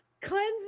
Cleanse